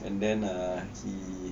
and then err he